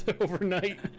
overnight